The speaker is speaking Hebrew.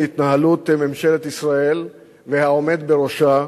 ההתנהלות של ממשלת ישראל והעומד בראשה